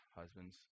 husbands